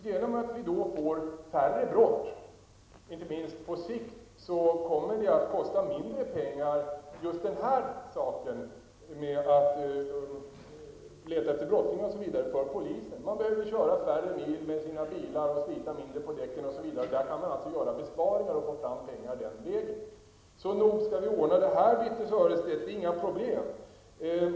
Genom att vi då får färre brott, inte minst på sikt, kommer det att kosta mindre pengar för polisen att leta efter brottslingar. Man behöver köra färre mil med sina bilar och slita mindre på däcken, osv. Där kan man alltså göra besparingar och få fram pengar den vägen. Så nog skall vi ordna det här, Birthe Sörestedt. Det är inga problem.